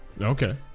Okay